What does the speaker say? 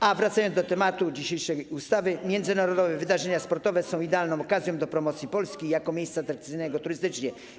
A wracając do tematu dzisiejszej ustawy, powiem, że międzynarodowe wydarzenia sportowe są idealną okazją do promocji Polski jako miejsca atrakcyjnego turystycznie.